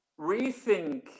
rethink